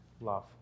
love